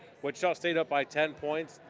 wichita state up by ten points.